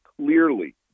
clearly